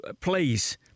please